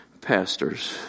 pastors